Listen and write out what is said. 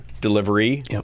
delivery